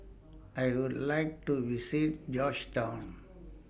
I Would like to visit Georgetown